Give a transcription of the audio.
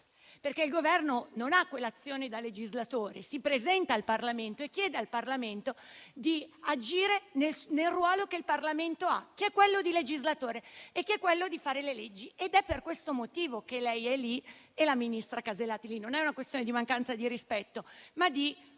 perché il Governo non ha quell'azione da legislatore. Si presenta al Parlamento e chiede al Parlamento di agire nel ruolo che il Parlamento ha, che è quello di legislatore, quello di fare le leggi. È per questo motivo che lei è lì e che il ministro Alberti Casellati è lì. Non è una questione di mancanza di rispetto, ma di